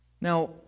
Now